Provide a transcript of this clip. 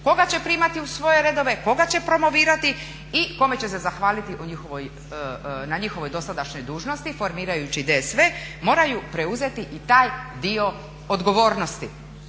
koga će primati u svoje redove, koga će promovirati i kome će se zahvaliti na njihovoj dosadašnjoj dužnosti formirajući DSV moraju preuzeti i taj dio odgovornosti.